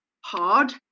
hard